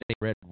Red